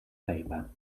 paper